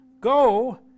Go